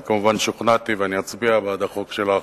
אני כמובן שוכנעתי, ואני אצביע בעד החוק שלך,